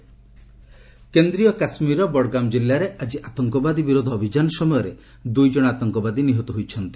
JK terrorist killed କେନ୍ଦ୍ରୀୟ କାଶ୍ମୀରର ବଡ଼ଗାମ୍ ଜିଲ୍ଲାରେ ଆଜି ଆତଙ୍କବାଦୀ ବିରୋଧ ଅଭିଯାନ ସମୟରେ ଦୁଇଜଣ ଆତଙ୍କବାଦୀ ନିହତ ହୋଇଛନ୍ତି